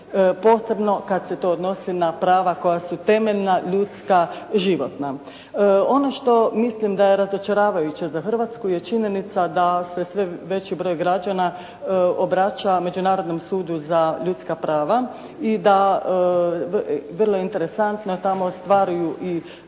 Posebno kada se to odnosi na prava koja su temeljna ljudska, životna. Ono što mislim da je razočaravajuće za Hrvatsku je činjenica da se sve veći broj građana obraća Međunarodnom sudu za ljudska prava i da vrlo interesantno tamo i ostvaruju i